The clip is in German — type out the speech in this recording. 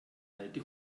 alte